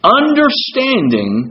understanding